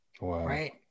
Right